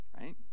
right